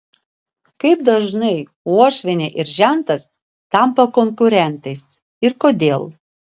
kaip dažnai uošvienė ir žentas tampa konkurentais ir kodėl